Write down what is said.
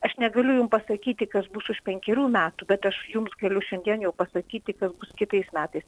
aš negaliu jum pasakyti kas bus už penkerių metų bet aš jums galiu šiandien jau pasakyti kas kitais metais